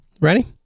Ready